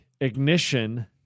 Ignition